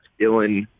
Dylan